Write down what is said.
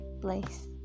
place